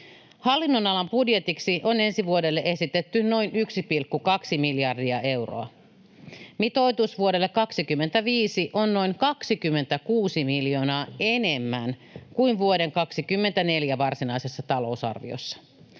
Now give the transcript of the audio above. Hallinnonalan budjetiksi on ensi vuodelle esitetty noin 1,2 miljardia euroa. Mitoitus vuodelle 25 on noin 26 miljoonaa enemmän kuin vuoden 24 varsinaisessa talousarviossa.